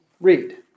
read